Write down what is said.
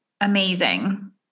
amazing